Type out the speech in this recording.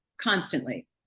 constantly